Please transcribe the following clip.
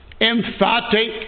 emphatic